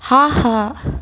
ஆஹா